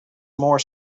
more